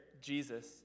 Jesus